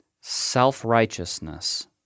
self-righteousness